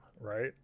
right